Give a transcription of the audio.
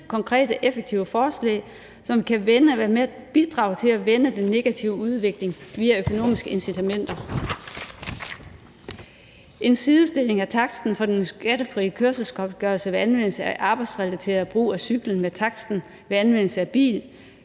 konkrete, effektive forslag, som kan bidrage til at vende den negative udvikling via økonomiske incitamenter. En sidestilling af taksten for den skattefri kørselsgodtgørelse ved anvendelse af arbejdsrelateret brug af cyklen med taksten ved anvendelse af bil